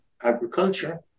Agriculture